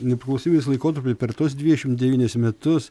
nepriklausomybės laikotarpiu per tuos dvidešimt devynis metus